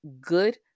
good